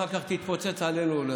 אחר כך תתפוצץ עלינו.